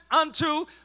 unto